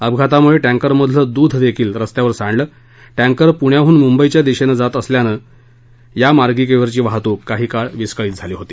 अपघातामुळं टैंकरमधील दूध देखील रस्त्यावर सांडलं टैंकर पुण्याहून मुंबईच्या दिशेनं जात असल्यानं या मार्गावरची वाहतूक काही काळ विस्कळीत झाली होती